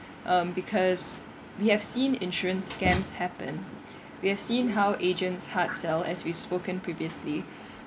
um because we have seen insurance scams happen we have seen how agents hard sell as we've spoken previously